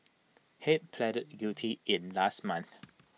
Head pleaded guilty in last month